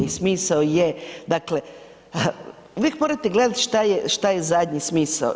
I smisao je dakle, uvijek morate gledati što je zadnji smisao.